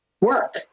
work